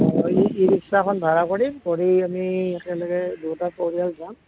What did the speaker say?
মই ই ৰিক্সা এখন ভাড়া কৰিম কৰি আমি একেলগে দুয়োটা পৰিয়াল যাম